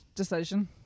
decision